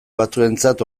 batzuentzat